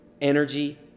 energy